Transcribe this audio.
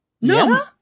no